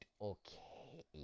okay